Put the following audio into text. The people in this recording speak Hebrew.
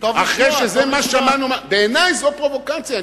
אחרי שזה מה ששמענו, בעיני זאת פרובוקציה.